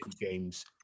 games